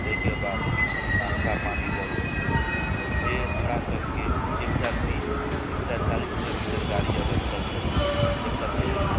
ताहिके बाद किछु नास्ता पानि लऽ लेब जे हमरा सबके एक सए बीस एक सए चालीस किलोमीटर गाड़ी अगर चलतै तऽ कतौ